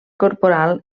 corporal